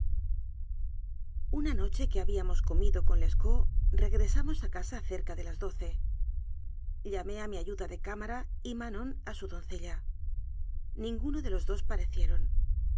una noche que habíamos comido con lescaut regresamos a casa cerca de las doce llamé a mi ayuda de cámara y manon a su doncella ninguno de los dos parecieron